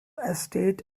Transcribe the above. estate